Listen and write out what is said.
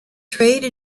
trade